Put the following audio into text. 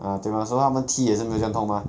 ah 对 mah so 它们踢也是没有这样痛 mah